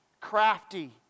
crafty